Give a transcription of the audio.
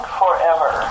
forever